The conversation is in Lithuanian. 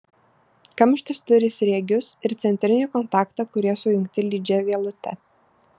kamštis turi sriegius ir centrinį kontaktą kurie sujungti lydžia vielute